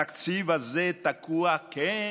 התקציב הזה תקוע, כן,